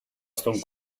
στον